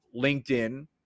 LinkedIn